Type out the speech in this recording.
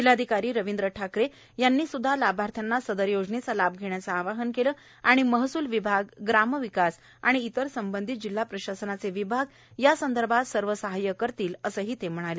जिल्हाधिकारी रवींद्र ठाकरे यांनी सुद्धा लाभार्थ्यांना सदर योजनेचा लाभ घेण्याचं आवाहन केलं आणि महसूल विभाग ग्रामविकास आणि इतर संबंधित जिल्हा प्रशासनाचे विभाग यासंदर्भात सर्व सहाय्य करतील असेही त्यांनी सांगितले